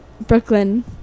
Brooklyn